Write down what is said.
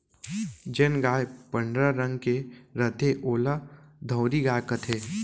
जेन गाय पंडरा रंग के रथे ओला धंवरी गाय कथें